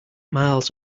miles